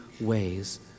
ways